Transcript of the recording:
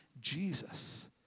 Jesus